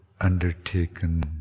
undertaken